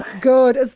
Good